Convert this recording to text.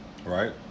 Right